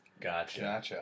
Gotcha